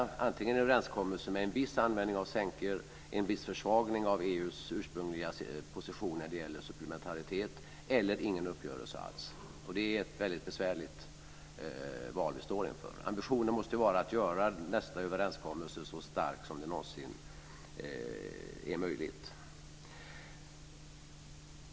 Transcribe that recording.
Antingen blir det en överenskommelse med en viss användning av sänkor och en viss försvagning av EU:s ursprungliga position när det gäller supplementaritet eller ingen uppgörelse alls. Det är ett väldigt besvärligt val vi står inför. Ambitionen måste vara att göra nästa överenskommelse så stark som det någonsin är möjligt.